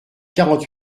quarante